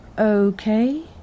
Okay